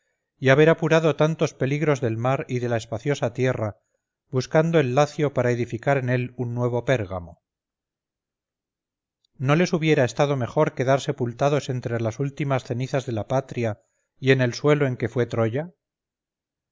y haber apurado tantos peligros del mar y de la espaciosa tierra buscando el lacio para edificar en él un nuevo pérgamo no les hubiera estado mejor quedar sepultados entre las últimas cenizas de la patria y en el suelo en que fue troya